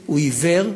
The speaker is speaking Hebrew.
שהוא עיוור,